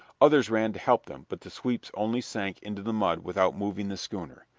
others ran to help them, but the sweeps only sank into the mud without moving the schooner.